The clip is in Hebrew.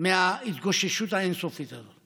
מההתגוששות האין-סופית הזאת.